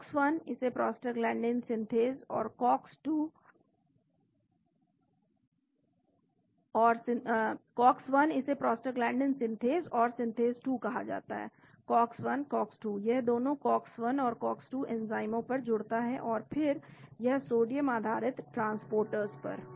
COX 1 इसे prostaglandin synthase 1 और synthase 2 कहा जाता है COX 1 COX 2 यह दोनों COX 1 और COX 2 एंजाइमों पर जुड़ता है और फिर अन्य सोडियम आधारित ट्रांसपोर्टर्स पर